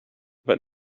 but